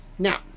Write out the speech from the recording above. Now